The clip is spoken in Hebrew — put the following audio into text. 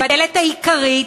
בדלת העיקרית,